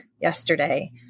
yesterday